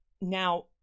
Now